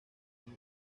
años